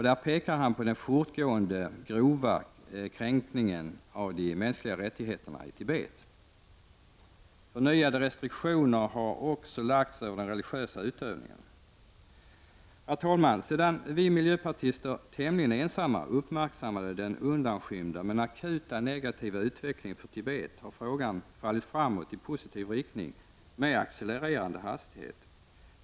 Där pekar han på de fortgående grova kränkningarna av de mänskliga rättigheterna i Tibet. Förnyade restriktioner har lagts över den religiösa utövningen. Herr talman! Sedan vi miljöpartister tämligen ensamma uppmärksammade den undanskymda men akuta negativa utvecklingen i Tibet har frågan fallit framåt i positiv riktning med accelererande hastighet.